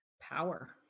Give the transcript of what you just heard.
power